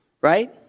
Right